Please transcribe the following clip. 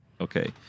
Okay